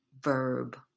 verb